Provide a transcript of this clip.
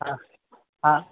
હા હા